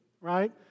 right